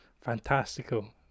fantastical